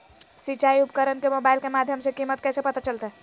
सिंचाई उपकरण के मोबाइल के माध्यम से कीमत कैसे पता चलतय?